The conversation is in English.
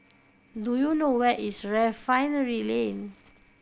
do you know where is Refinery Lane